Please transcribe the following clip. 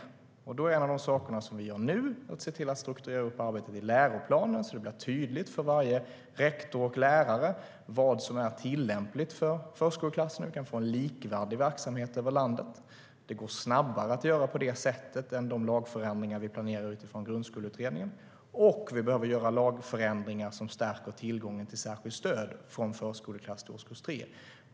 En av de saker vi gör nu är att se till att strukturera upp arbetet i läroplanen så att det blir tydligt för varje rektor och lärare vad som är tillämpligt för förskoleklassen och så att vi kan få en likvärdig verksamhet över hela landet. Det går snabbare att göra på det sättet än de lagförändringar vi planerar utifrån Grundskoleutredningen, och vi behöver göra lagförändringar som stärker tillgången till särskilt stöd från förskoleklass till årskurs 3.